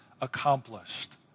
accomplished